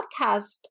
podcast